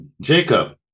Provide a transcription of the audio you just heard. Jacob